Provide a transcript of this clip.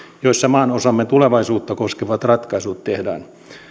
joissa maanosamme tulevaisuutta koskevat ratkaisut tehdään